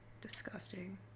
Disgusting